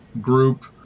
group